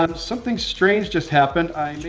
um something strange just happened i